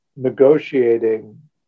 Negotiating